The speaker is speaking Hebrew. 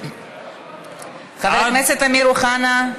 חבר הכנסת אמיר אוחנה,